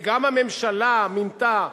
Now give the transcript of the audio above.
וגם הממשלה מינתה,